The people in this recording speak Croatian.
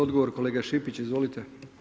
Odgovor kolega Šipić, izvolite.